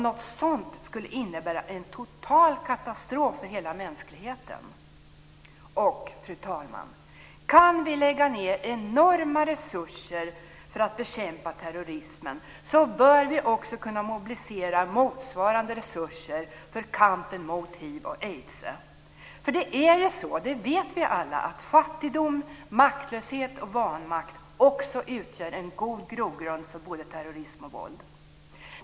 Något sådant skulle innebära en total katastrof för hela mänskligheten. Fru talman! Kan vi lägga ned enorma resurser för att bekämpa terrorismen bör vi också kunna mobilisera motsvarande resurser för kampen mot hiv och aids. Vi vet alla att fattigdom, maktlöshet och vanmakt också utgör en god grogrund för både terrorism och våld.